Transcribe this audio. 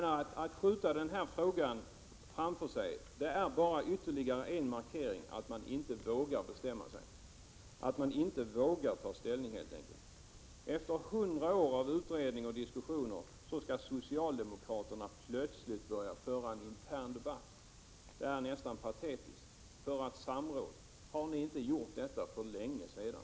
Att skjuta denna fråga framför sig är bara ytterligare en markering av att man inte vågar bestämma sig, att man helt enkelt inte vågar ta ställning. Efter 100 år av utredningar och diskussioner skall socialdemokraterna plötsligt börja föra en intern debatt. Det är nästan patetiskt. Har ni inte gjort detta för länge sedan?